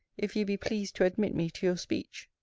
if you be pleased to admit me to youre speech.